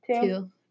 two